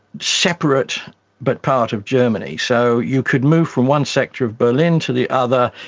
separate but part of germany. so you could move from one sector of berlin to the other,